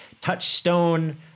Touchstone